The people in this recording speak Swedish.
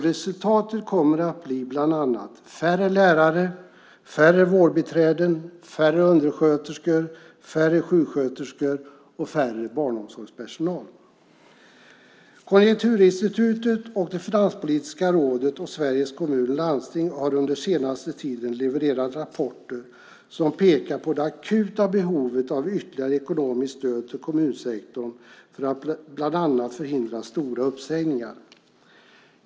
Resultatet kommer alltså att bli bland annat färre lärare, färre vårdbiträden, färre undersköterskor, färre sjuksköterskor och färre barnomsorgspersonal. Konjunkturinstitutet, Finanspolitiska rådet och Sveriges Kommuner och Landsting har under den senaste tiden levererat rapporter som pekar på det akuta behovet av ytterligare ekonomiskt stöd till kommunsektorn för att bland annat förhindra stora uppsägningar.